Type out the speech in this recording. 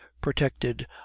protected